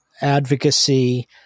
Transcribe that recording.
advocacy